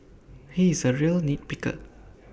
he is A real nit picker